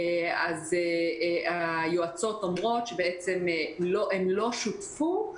הן לא שותפו,